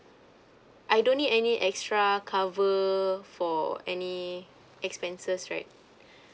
I don't need any extra cover for any expenses right